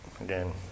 Again